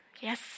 Yes